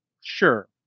sure